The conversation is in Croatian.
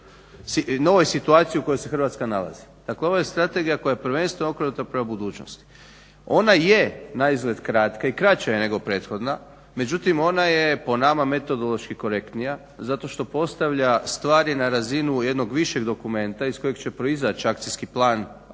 novoj situaciji u kojoj se Hrvatska nalazi. Dakle ovo je strategija koje je prvenstveno okrenuta prema budućnosti. Ona je naizgled kratka i kraća je nego prethodna, međutim ona je po nama metodološki korektnija zato što postavlja stvari na razinu jednog višeg dokumenta iz kojeg će proizaći akcijski plan za svako